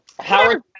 Howard